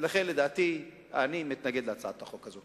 לכן אני מתנגד להצעת החוק הזו.